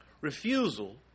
refusal